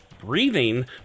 breathing